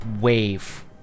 wave